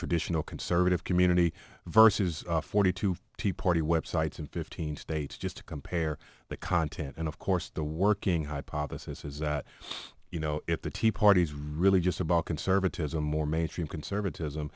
traditional conservative community versus forty two tea party websites in fifteen states just to compare the content and of course the working hypothesis is that you know if the tea party is really just about conservatism or mainstream conservatism